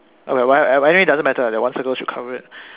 oh anyway doesn't matter lah that one circle should cover it